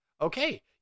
Okay